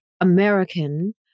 American